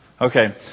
Okay